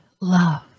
love